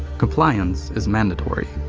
compliance is mandatory!